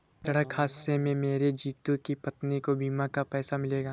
सड़क हादसे में मरे जितू की पत्नी को बीमा का पैसा मिलेगा